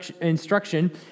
instruction